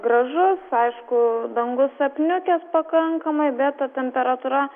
gražu aišku dangus apniukęs pakankamai bet ta temperatūra